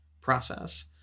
process